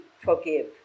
forgive